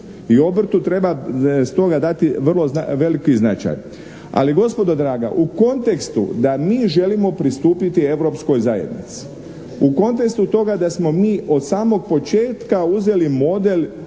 I obrtu treba stoga dati vrlo veliki značaj. Ali gospodo draga, u kontekstu da mi želimo pristupiti Europskoj zajednici, u kontekstu toga da smo mi od samog početka uzeli model